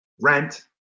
rent